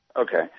Okay